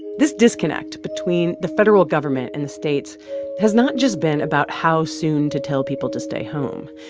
this disconnect between the federal government and the states has not just been about how soon to tell people to stay home.